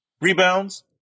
Rebounds